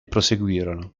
proseguirono